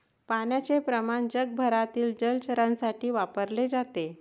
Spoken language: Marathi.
पाण्याचे प्रमाण जगभरातील जलचरांसाठी वापरले जाते